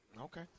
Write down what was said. Okay